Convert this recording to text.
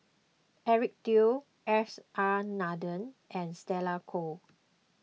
Eric Teo S R Nathan and Stella Kon